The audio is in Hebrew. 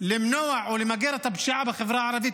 למנוע או למגר את הפשיעה בחברה הערבית,